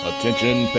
Attention